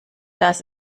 das